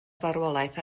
farwolaeth